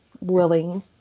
willing